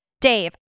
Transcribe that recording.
Dave